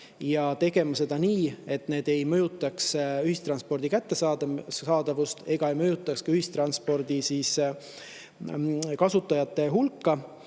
ja tegema seda nii, et see ei mõjutaks ühistranspordi kättesaadavust ega ka ühistranspordi kasutajate hulka.